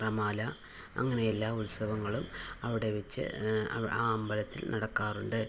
നിറമാല അങ്ങനെയെല്ലാ ഉത്സവങ്ങളും അവിടെ വച്ച് ആ അമ്പലത്തിൽ നടക്കാറുണ്ട്